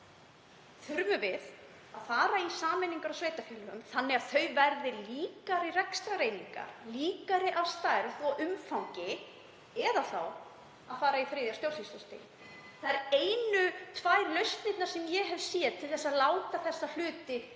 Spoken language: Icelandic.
annaðhvort að fara í sameiningar á sveitarfélögum þannig að þau verði líkari rekstrareiningar, líkari að stærð og umfangi, eða að fara í þriðja stjórnsýslustig. Það eru einu tvær lausnirnar sem ég hef séð til þess að láta þessa hluti